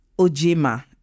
ojima